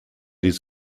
his